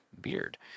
beard